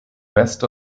west